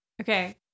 Okay